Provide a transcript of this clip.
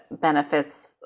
benefits